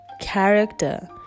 character